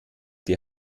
die